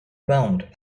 bound